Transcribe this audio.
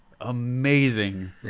amazing